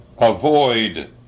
avoid